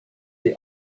des